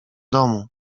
domu